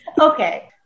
Okay